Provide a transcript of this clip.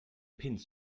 pins